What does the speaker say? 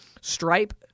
Stripe